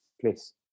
please